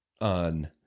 on